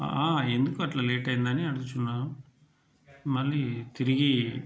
ఆ ఎందుకు అట్లా లేట్ అయ్యిందని అడుగుచున్నాను మళ్ళీ తిరిగి